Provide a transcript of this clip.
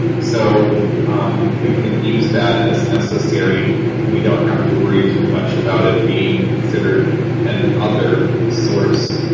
so um we can use that as necessary and we don't have to worry too much about it being considered an other source.